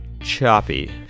choppy